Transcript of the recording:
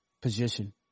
position